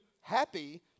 happy